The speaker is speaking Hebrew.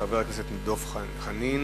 חבר הכנסת דב חנין,